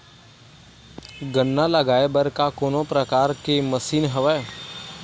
गन्ना लगाये बर का कोनो प्रकार के मशीन हवय?